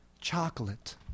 Chocolate